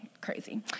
crazy